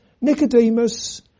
Nicodemus